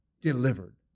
delivered